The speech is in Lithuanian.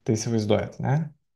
tai įsivaizduojat ne